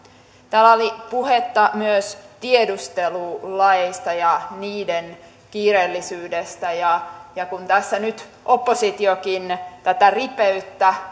täällä oli puhetta myös tiedustelulaeista ja niiden kiireellisyydestä kun tässä nyt oppositiokin tätä ripeyttä